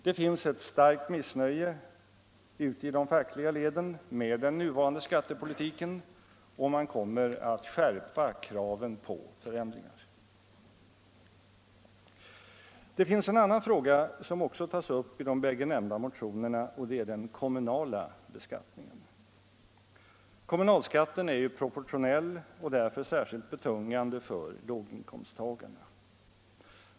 Det finns ett starkt missnöje ute i de fackliga leden med den nuvarande skattepolitiken och man kommer att skärpa kraven på förändringar. Det finns en annan fråga som också tas upp i de båda nämnda motionerna, och det är den kommunala beskattningen. Kommunalskatten är ju proportionell och därför särskilt betungande för låginkomsttagarna.